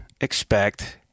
expect—